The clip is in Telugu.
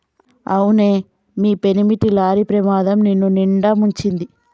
అవునే మీ పెనిమిటి లారీ ప్రమాదం నిన్నునిండా ముంచింది